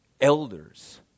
Elders